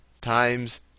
times